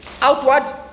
Outward